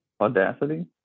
Audacity